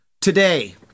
Today